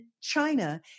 China